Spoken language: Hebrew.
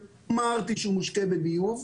לא אמרתי שהוא מושקה בביוב,